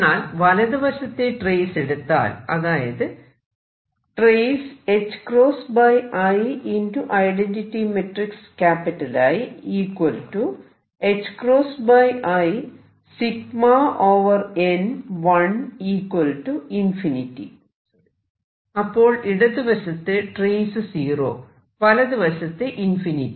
എന്നാൽ വലതുവശത്തെ ട്രേസ് എടുത്താൽ അതായത് അപ്പോൾ ഇടതുവശത്ത് ട്രേസ് 0 വലതു വശത്ത് ഇൻഫിനിറ്റി